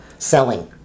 selling